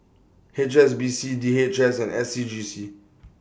H S B C D H S and S C G C